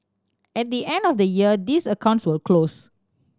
at the end of the year these accounts will close